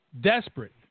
Desperate